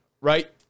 Right